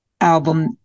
album